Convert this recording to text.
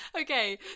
Okay